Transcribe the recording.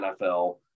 NFL